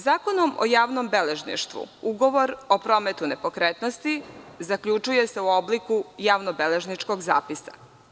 Zakonom o javnom beležništvu Ugovor o prometu nepokretnosti zaključuje se u obliku javno-beležničkog zapisa.